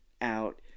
out